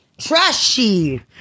Trashy